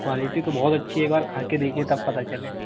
quality तो बहुत अच्छी है एक बार खाकर देखिए तब पता चले